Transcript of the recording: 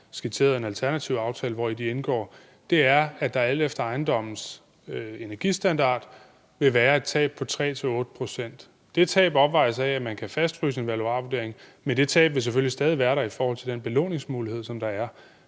skitseret en alternativ aftale, hvori de indgår – er, at der alt efter ejendommens energistandard vil være et tab på 3 til 8 pct. Det tab opvejes af, at man kan fastfryse en valuarvurdering, men det tab vil selvfølgelig stadig være der i forhold til den belåningsmulighed, der er.